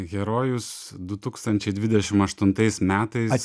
herojus du tūkstančiai dvidešimt aštuntais metais